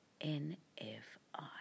N-F-I